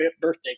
birthday